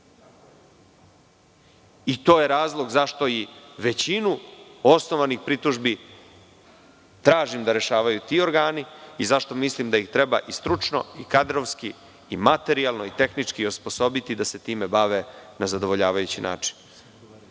je razlog što i većinu osnovanih pritužbi tražim da rešavaju ti organi i zašto mislim da ih treba i stručno i kadrovski i materijalno i tehnički osposobiti da se time bave na zadovoljavajući način